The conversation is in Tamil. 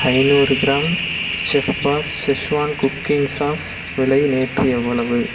ஐநூறு gram Chef Boss schezwan cooking sauce விலை நேற்று எவ்வளவு